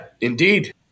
indeed